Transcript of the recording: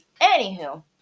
anywho